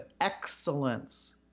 excellence